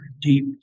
deep